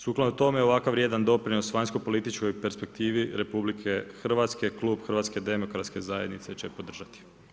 Sukladno tome, ovako vrijedan doprinos vanjsko-političkoj perspektivi RH Klub Hrvatske demokratske zajednice će podržati.